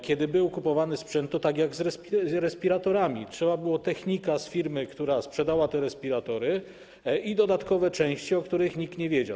Kiedy był kupowany sprzęt, to tak jak z respiratorami: trzeba było technika z firmy, która sprzedała te respiratory, i dodatkowych części, o których nikt nie wiedział.